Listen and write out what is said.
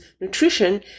nutrition